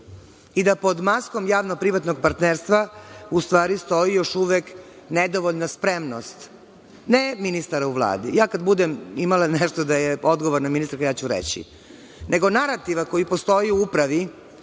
i da pod maskom javnog privatnog partnerstva, u stvari stoji još uvek nedovoljna spremnost. Ne ministar u Vladi, ja kada budem imala nešto da je odgovorna ministarka, ja ću reći nego narativa koji postoji u upravi,